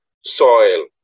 soil